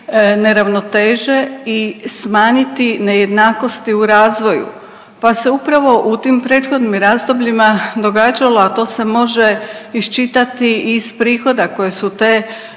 neravnoteže i smanjiti nejednakosti u razvoju, pa se upravo u tim prethodnim razdobljima događalo, a to se može iščitati iz prihoda koje su te